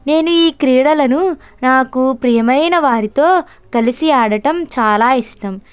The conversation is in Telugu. నేను ఈ క్రీడలని నాకు ప్రియమైన వారితో కలిసి ఆడడం చాలా ఇష్టం